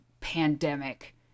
pandemic